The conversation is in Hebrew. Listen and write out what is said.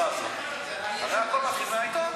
הרי הכול מתחיל מהעיתון.